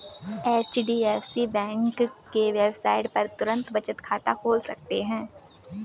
HDFC bank के website पर तुरंत बचत खाता खोल सकते है